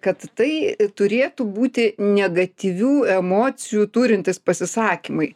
kad tai turėtų būti negatyvių emocijų turintys pasisakymai